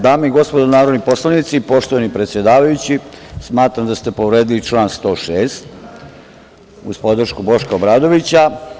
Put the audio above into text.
Dame i gospodo narodni poslanici, poštovani predsedavajući, smatram da ste povredili član 106, uz podršku Boška Obradovića.